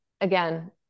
again